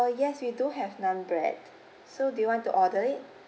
yes we do have naan bread so do you want to order it